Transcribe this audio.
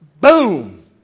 Boom